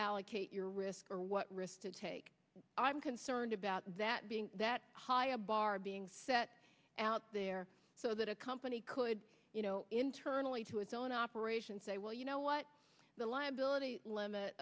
allocate your risk or what risk to take i'm concerned about that being that high a bar being set out there so that a company could you know internally to its own operations well you know what the liability